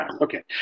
okay